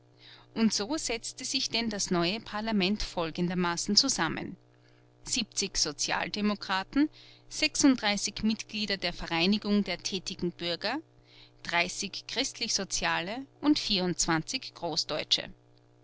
und so setzte sich denn das neue parlament folgendermaßen zusammen siebzig sozialdemokraten sechsunddreißig mitglieder der vereinigung der tätigen bürger dreißig christlichsoziale und vierundzwanzig großdeutsche